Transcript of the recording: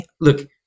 look